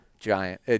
giant